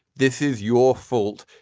this is your fault.